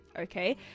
okay